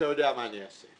יודע מה אני אעשה.